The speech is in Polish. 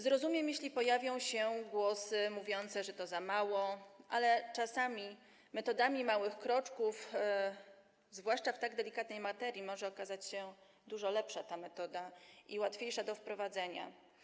Zrozumiem, jeśli pojawią się głosy mówiące, że to za mało, ale czasami metoda małych kroczków, zwłaszcza w tak delikatnej materii, może się okazać dużo lepsza i łatwiejsza do wprowadzenia.